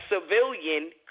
civilian